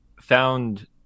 found